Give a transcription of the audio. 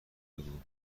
بگو